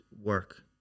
Work